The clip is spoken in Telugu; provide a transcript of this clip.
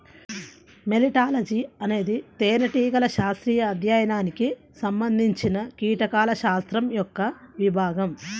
మెలిటాలజీఅనేది తేనెటీగల శాస్త్రీయ అధ్యయనానికి సంబంధించినకీటకాల శాస్త్రం యొక్క విభాగం